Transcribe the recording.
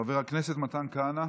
חבר הכנסת מתן כהנא.